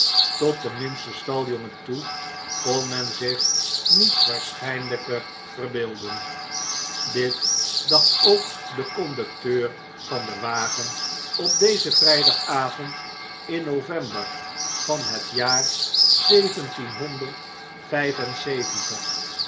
tot den minsten staljongen toe kon men zich niets waarschjjnl jker verbeelden dit dacht ook de conducteur van den wagen op den vrjjdagavond in november van het jaar